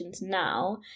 now